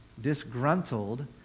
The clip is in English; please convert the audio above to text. disgruntled